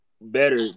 better